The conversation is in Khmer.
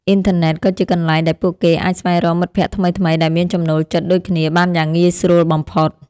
អ៊ីនធឺណិតក៏ជាកន្លែងដែលពួកគេអាចស្វែងរកមិត្តភក្តិថ្មីៗដែលមានចំណូលចិត្តដូចគ្នាបានយ៉ាងងាយស្រួលបំផុត។